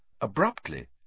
Abruptly